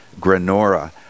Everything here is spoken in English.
granora